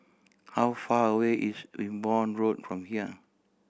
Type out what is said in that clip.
how far away is Wimborne Road from here